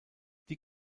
die